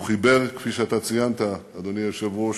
הוא חיבר, כפי שאתה ציינת, אדוני היושב-ראש,